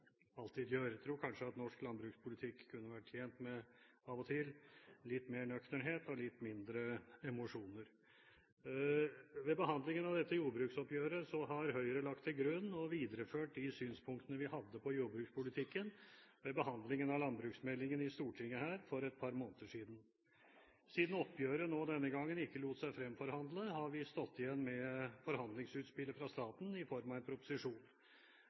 alltid gjør. Jeg tror at norsk landbrukspolitikk av og til kunne vært tjent med litt mer nøkternhet og litt mindre emosjoner. Ved behandlingen av dette jordbruksoppgjøret har Høyre lagt til grunn og videreført de synspunktene vi hadde på jordbrukspolitikken ved behandlingen av landbruksmeldingen i Stortinget for et par måneder siden. Siden oppgjøret denne gangen ikke lot seg fremforhandle, har vi stått igjen med forhandlingsutspillet fra staten i form av en proposisjon.